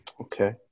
Okay